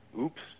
Oops